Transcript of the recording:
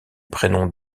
prénoms